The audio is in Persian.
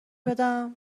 بدم